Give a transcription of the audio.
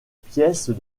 pièces